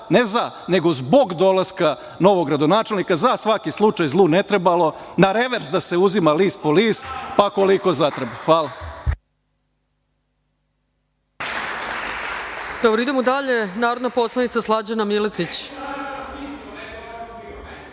ne za, nego zbog dolaska novog gradonačelnika. Za svaki slučaj, zlu ne trebalo, na revers da se uzima list po list, pa koliko zatreba. Hvala.